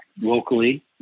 locally